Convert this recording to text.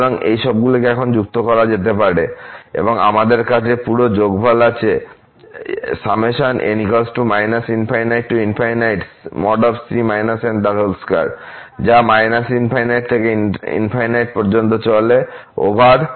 সুতরাং এই সবগুলিকে এখন যুক্ত করা যেতে পারে এবং আমাদের কাছে পুরো যোগফল আছে যা ∞ থেকে ∞ পর্যন্ত চলছে ওভার